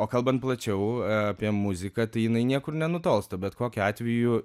o kalban plačiau apie muziką tai jinai niekur nenutolsta bet kokiu atveju